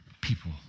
people